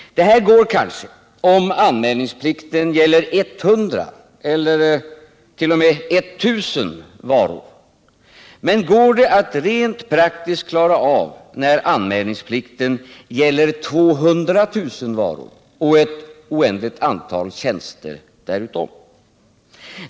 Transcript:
Detta går kanske om anmälningsplikten gäller 100 ellert.o.m. 1 000 varor. Men går det att rent praktiskt klara av det när anmälningsplikten gäller 200 000 varor och ett nästan oändligt antal tjänster?